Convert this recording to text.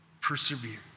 persevere